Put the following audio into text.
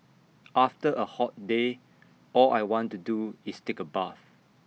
after A hot day all I want to do is take A bath